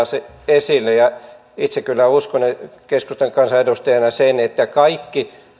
esille itse kyllä uskon keskustan kansanedustajana sen että kaikki